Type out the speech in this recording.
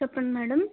చెప్పండి మేడం